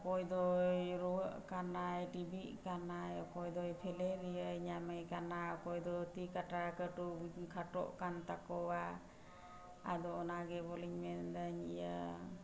ᱚᱠᱚᱭ ᱫᱚᱭ ᱨᱩᱣᱟᱹᱜ ᱠᱟᱱᱟᱭ ᱠᱟᱱᱟᱭ ᱚᱠᱚᱭ ᱫᱚᱭ ᱧᱟᱢᱮ ᱠᱟᱱᱟ ᱚᱠᱚᱭ ᱫᱚ ᱛᱤ ᱠᱟᱴᱟ ᱠᱟᱹᱴᱩ ᱠᱷᱟᱴᱚᱜ ᱠᱟᱱ ᱛᱟᱠᱚᱣᱟ ᱟᱫᱚ ᱚᱱᱟᱜᱮ ᱵᱚᱞᱮᱧ ᱢᱮᱱᱮᱫᱟᱹᱧ ᱤᱭᱟᱹ